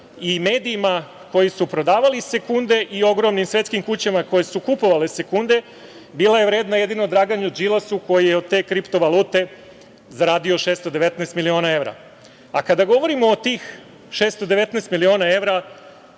i medijima koji su prodavali sekunde i ogromnim svetskim kućama koje su kupovale sekunde. Bila je vredna jedino Draganu Đilasu koji je od te kripto valute zaradio 619 miliona evra. Kada govorimo o tih 619 miliona evra,